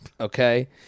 Okay